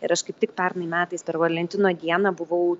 ir aš kaip tik pernai metais per valentino dieną buvau